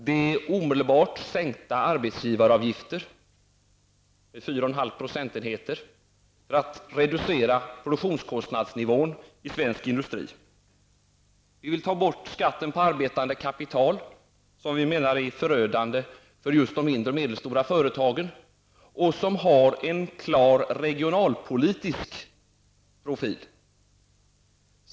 Det är omedelbart sänkta arbetsgivaravgifter -- 4,5 procentenheter -- för att reducera produktionskostnadsnivån i svensk industri. Vi vill ta bort skatten på arbetande kapital, som vi menar är förödande för de mindre och medelstora företagen och som har en klar regionalpolitisk profil.